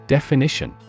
Definition